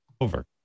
over